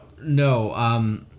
No